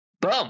Boom